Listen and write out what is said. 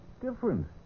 different